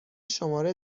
شماره